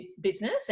business